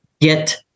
get